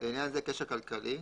לעניין זה "קשר כלכלי"